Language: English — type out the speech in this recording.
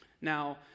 Now